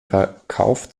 verkauf